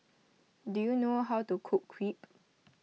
do you know how to cook Crepe